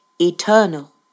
eternal